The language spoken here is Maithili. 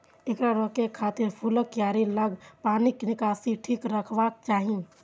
एकरा रोकै खातिर फूलक कियारी लग पानिक निकासी ठीक रखबाक चाही